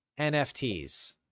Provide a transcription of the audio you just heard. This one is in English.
NFTs